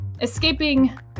escaping